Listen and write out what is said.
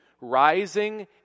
rising